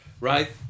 right